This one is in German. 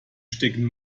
stecken